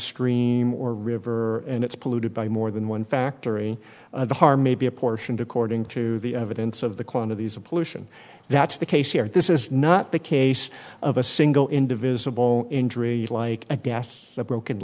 stream or river and it's polluted by more than one factory the harm may be apportioned according to the evidence of the quantities of pollution that's the case here this is not the case of a single in divisible injury like a gas a broken